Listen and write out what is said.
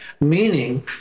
meaning